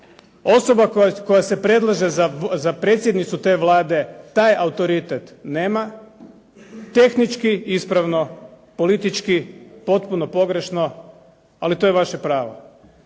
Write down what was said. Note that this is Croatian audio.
Osoba koja se predlaže za predsjednicu te Vlade taj autoritet nema. Tehnički ispravno, politički potpuno pogrešno ali to je vaše pravo.